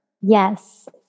Yes